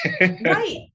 right